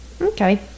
Okay